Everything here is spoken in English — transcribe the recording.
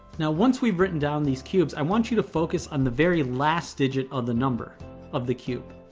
now once we've written down these cubes, i want you to focus on the very last digit of the number of the cube.